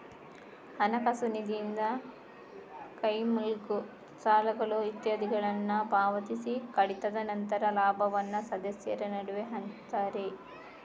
ಹಣಕಾಸು ನಿಧಿಯಿಂದ ಕ್ಲೈಮ್ಗಳು, ಸಾಲಗಳು ಇತ್ಯಾದಿಗಳನ್ನ ಪಾವತಿಸಿ ಕಡಿತದ ನಂತರ ಲಾಭವನ್ನ ಸದಸ್ಯರ ನಡುವೆ ಹಂಚ್ತಾರೆ